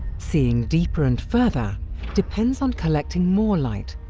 seeing deeper and further depends on collecting more light,